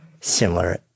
similar